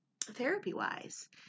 therapy-wise